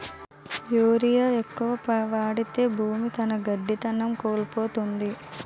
urea ఎక్కువ వాడితే భూమి తన గట్టిదనం కోల్పోతాది